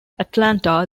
atlanta